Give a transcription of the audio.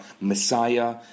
Messiah